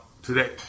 Today